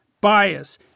bias